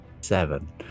Seven